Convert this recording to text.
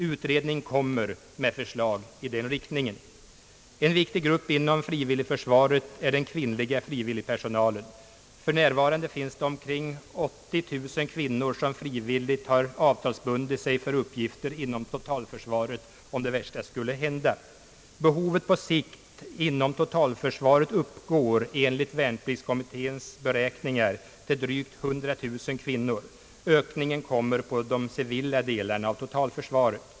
Utredningen kommer med förslag i den riktningen. En viktig grupp inom frivilligförsvaret är den kvinnliga frivilligpersona len. För närvarande finns det omkring 80 000 kvinnor som frivilligt har avtalsbundit sig för uppgifter inom totalförsvaret om det värsta skulle hända. Behovet på sikt inom totalförsvaret uppgår enligt värnpliktskommitténs beräkningar till drygt 100 000 kvinnor. Ökningen kommer på de civila delarna av totalförsvaret.